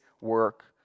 work